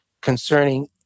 concerning